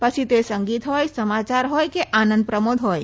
પછી તે સંગીત હોય સમાચાર હોય કે આનંદ પ્રમોદ હોય